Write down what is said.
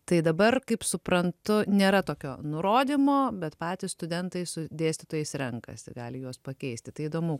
tai dabar kaip suprantu nėra tokio nurodymo bet patys studentai su dėstytojais renkasi gali juos pakeisti tai įdomu